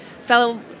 fellow